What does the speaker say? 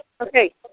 Okay